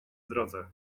drodze